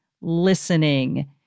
listening